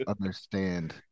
understand